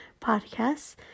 podcasts